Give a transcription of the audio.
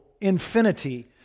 infinity